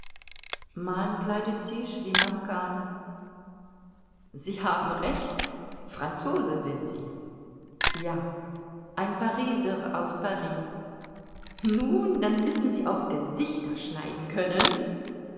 man kleidet sich wie man kann sie haben recht franzose sind sie ja ein pariser aus paris nun dann müssen sie auch gesichter schneiden können